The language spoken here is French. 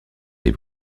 des